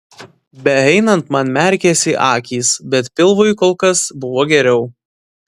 beeinant man merkėsi akys bet pilvui kol kas buvo geriau